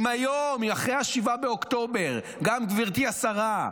אם היום, אחרי 7 באוקטובר, גם גברתי השרה,